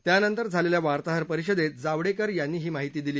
त्यानंतर झालेल्या वार्ताहर परिषदेत जावडेकर यांनी ही माहिती दिली